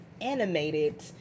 animated